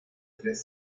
tres